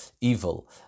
evil